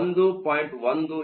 ಆದ್ದರಿಂದಎನ್ 1